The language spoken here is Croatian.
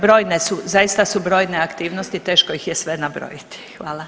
Brojne su, zaista su brojne aktivnosti, teško ih je sve nabrojiti.